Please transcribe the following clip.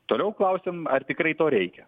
toliau klausiam ar tikrai to reikia